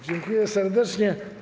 Dziękuję serdecznie.